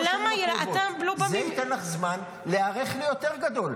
אבל למה ילדים --- זה ייתן לך זמן להיערך ליותר גדול.